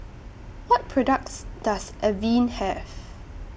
What products Does Avene Have